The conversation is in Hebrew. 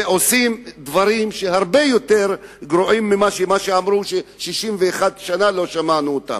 שעושים דברים הרבה יותר גרועים ממה שאמרו ש-61 שנים לא שמענו אותם.